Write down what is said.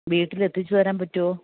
വീട്ടിലെത്തിച്ചുതരാൻ പറ്റുമോ